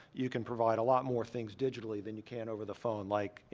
you can provide a lot more things digitally than you can over the phone, like, you